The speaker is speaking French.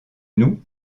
nous